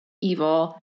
evil